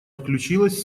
включилась